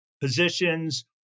positions